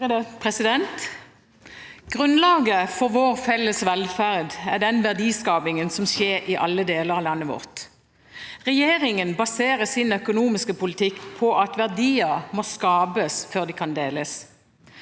Foss (H) Grunnlaget for vår fel- les velferd er den verdiskapingen som skjer i alle deler av landet vårt. Regjeringen baserer sin økonomiske politikk på at verdier må skapes før de kan deles.